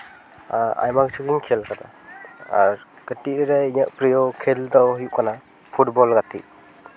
ᱟᱭᱢᱟ ᱠᱤᱪᱷᱩ ᱜᱤᱧ ᱠᱷᱮᱞ ᱠᱟᱫᱟ ᱟᱨ ᱠᱟᱹᱴᱤᱡ ᱨᱮ ᱤᱧᱟᱹᱜ ᱯᱨᱤᱭᱚ ᱠᱷᱮᱞ ᱫᱚ ᱦᱩᱭᱩᱜ ᱠᱟᱱᱟ ᱯᱷᱩᱴᱵᱚᱞ ᱜᱟᱛᱮᱜ